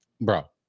Bro